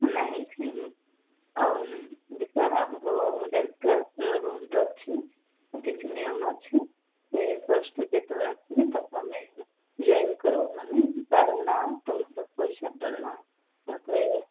ନାହିଁ ସେମ୍ ଆଉ ଯେତେବେଳେ ଆମର ଡ୍ୟାନ୍ସ କ୍ଲାସ୍ର ରୁଲ୍ ଅଛି କିଛି ନିୟମ ଅଛି ସେ ଫାଷ୍ଟ୍ ଯେତେବେଳେ ଆସିବେ ତା'କୁ ଆମେ ଜଏନ୍ କରାଉ ମାନେ ତା'ର ନାଁ ତୁମର କଲ୍ ସେଣ୍ଟର୍ ନାଁ ତା'ପରେ